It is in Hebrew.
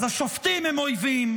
אז השופטים הם אויבים,